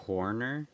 Corner